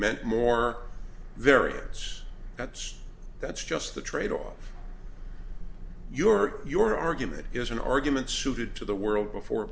meant more variance that's that's just the trade off you're your argument is an argument suited to the world before